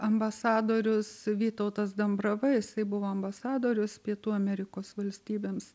ambasadorius vytautas dambrava jisai buvo ambasadorius pietų amerikos valstybėms